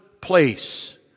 place